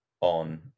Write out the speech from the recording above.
on